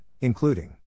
including